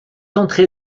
entré